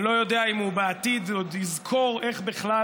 אני לא יודע אם הוא בעתיד יזכור איך בכלל